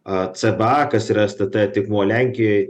a c b a kas yra s t t taip buvo lenkijoj